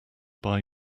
buy